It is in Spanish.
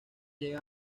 llegan